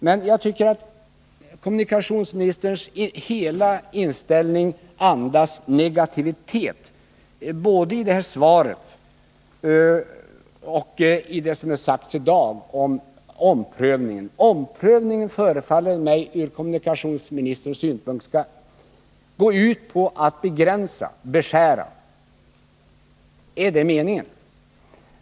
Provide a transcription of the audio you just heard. Men jag tycker att kommunikationsministerns hela inställning andas negativitet, både i det här svaret och i det som är sagt i dag om omprövningen. Omprövningen förefaller ur kommunikationsministerns synpunkt gå ut på att begränsa och att beskära. Är det meningen?